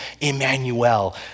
Emmanuel